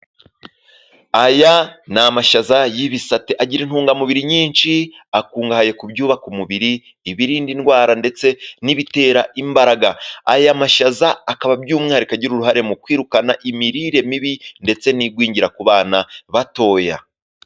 aya ni' amashaza y'ibisate agira intungamubiri nyinshi, akungahaye ku byubaka umubiri ibirinda indwara ndetse n'ibitera imbaraga, aya mashaza akaba by'umwihariko agira uruhare mu kwirukana imirire mibi, ndetse n'igwingira ku bana batoya